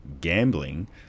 gambling